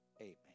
amen